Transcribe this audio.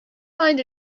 find